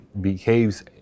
behaves